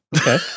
Okay